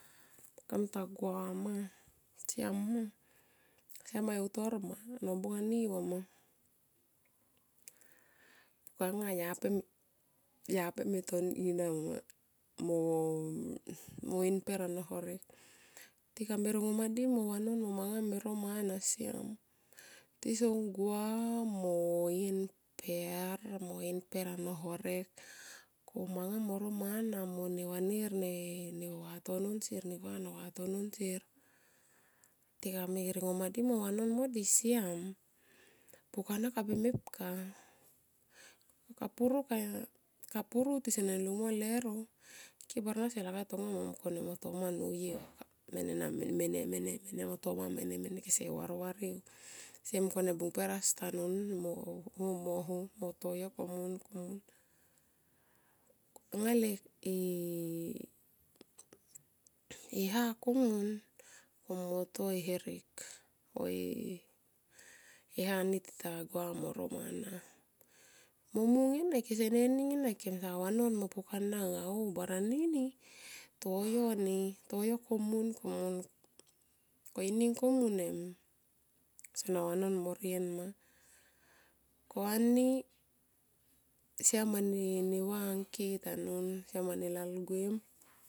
Kem ta gua ma, siam ma e utor ma nobung ani neva ma. Pukanga yape me toni nama mo in per ano horek tikabe me ringomadi mo vanon mo manga me ro mana siam tison gua mo in mper mo in mper ano horek. Komanga mo ro man mone vanir vatono sier tikame ringomadi mo vanon modi siam. Pukana kabe mepka siam. Kapuru tisenen lungmo lero ke barana se lakap ma mo mungkone mo toma nuye ma me neng min mene, mene, mene mo toma mene, mene min kese varvari. Se mungkone bung per asi tanun moho mo ho mo to yo komun, komun angalen e ha komun kom mo to herek va e ha ni tita gua mo ro mana, momung ena kesene ning ena kemsa vanon mo pukana o baranini toyo ni toyo komun, komun ko ining komun em sona vanon morien ma, ko ani siam mane angke tanun siam nane lal guem.